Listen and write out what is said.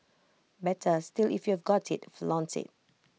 better still if you've got IT flaunt IT